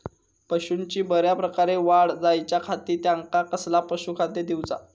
पशूंची बऱ्या प्रकारे वाढ जायच्या खाती त्यांका कसला पशुखाद्य दिऊचा?